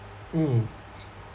mm